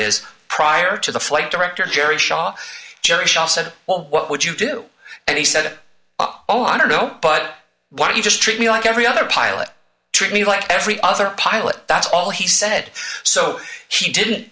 is prior to the flight director jerry shaw jerry shaw said well what would you do and he said it oh i don't know but why don't you just treat me like every other pilot treat me like every other pilot that's all he said so she didn't